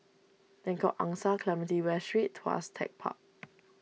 Lengkok Angsa Clementi West Street Tuas Tech Park